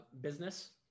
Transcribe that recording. business